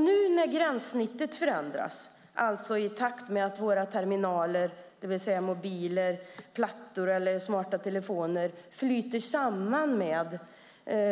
Nu när gränssnittet förändras, alltså i takt med att våra terminaler - mobiler, plattor eller smarta telefoner - flyter samman med